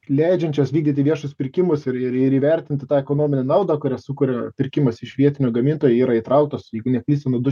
leidžiančias vykdyti viešus pirkimus ir įvertinti tą ekonominę naudą kurią sukuria pirkimas iš vietinio gamintojo yra įtrauktas jeigu neklystu du